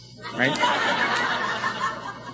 right